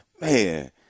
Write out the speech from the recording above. man